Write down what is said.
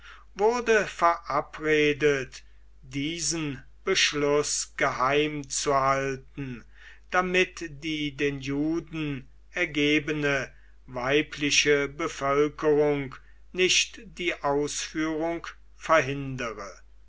wurde verabredet diesen beschluß geheim zu halten damit die den juden ergebene weibliche bevölkerung nicht die ausführung verhindere